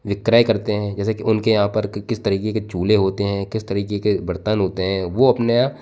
विक्रय करते है जैसे की उनके यहाँ पर किस तरह की चूल्हे होते हैं किस तरीके के बर्तन होते हैं वो अपने यहाँ